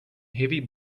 heavy